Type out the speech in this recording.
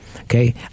okay